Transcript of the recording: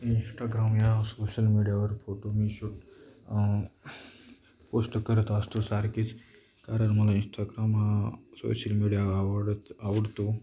Instagram या social मीडियावर photo मी शूट पोस्ट करत असतो सारखेच कारण मला इन्स्टाग्राम हा सोशल मीडिया आवडत आवडतो